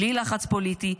בלי לחץ פוליטי,